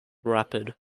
rapid